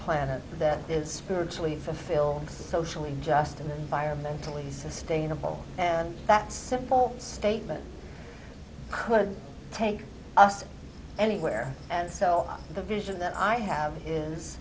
planet that is spiritually fulfilled socially just in wajir mentally sustainable and that simple statement could take us anywhere and so the vision that i have is